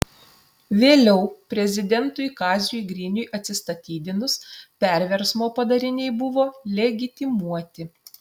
vėliau prezidentui kaziui griniui atsistatydinus perversmo padariniai buvo legitimuoti